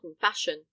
fashion